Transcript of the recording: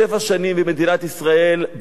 שבע שנים ומדינת ישראל,